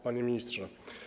Panie Ministrze!